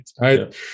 right